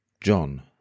John